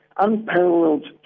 unparalleled